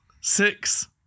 Six